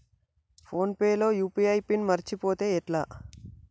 Phone pay లో UPI PIN మరచిపోతే ఎట్లా?